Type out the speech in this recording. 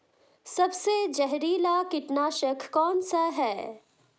सबसे जहरीला कीटनाशक कौन सा है?